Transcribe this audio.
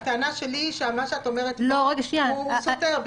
הטענה שלי היא שמה שאת אומרת פה הוא סותר,